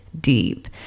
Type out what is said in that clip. deep